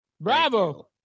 Bravo